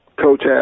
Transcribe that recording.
Coach